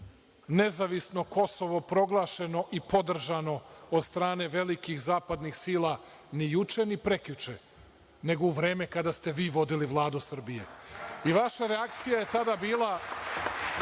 nezavisno Kosovo proglašeno i podržano od strane velikih zapadnih sila ni juče ni prekjuče, nego u vreme kada ste vi vodili Vladu Srbije. Vaša reakcija je tada bila,